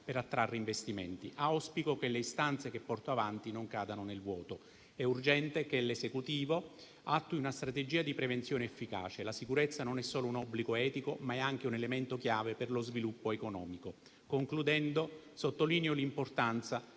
per attrarre investimenti. Auspico che le istanze che porto avanti non cadano nel vuoto. È urgente che l'Esecutivo attui una strategia di prevenzione efficace. La sicurezza non è solo un obbligo etico, ma è anche un elemento chiave per lo sviluppo economico. Concludendo, sottolineo l'importanza